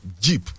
jeep